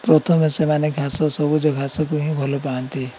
ପ୍ରଥମେ ସେମାନେ ଘାସ ସବୁଜ ଘାସକୁ ହିଁ ଭଲ ପାଆନ୍ତି